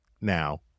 now